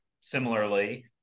Similarly